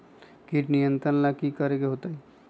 किट नियंत्रण ला कि करे के होतइ?